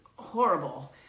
Horrible